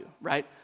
right